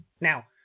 Now